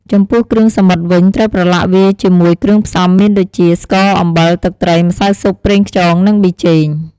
ចំពោះគ្រឿងសមុទ្រវិញ ត្រូវប្រឡាក់វាជាមួយគ្រឿងផ្សំមានដូចជា ស្ករ អំបិល ទឹកត្រី ម្សៅស៊ុប ប្រេងខ្យង និងប៊ីចេង ។